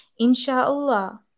insha'Allah